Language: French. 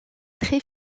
très